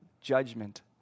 judgment